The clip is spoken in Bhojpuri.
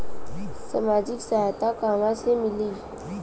सामाजिक सहायता कहवा से मिली?